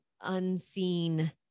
unseen